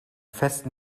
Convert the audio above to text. festen